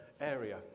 area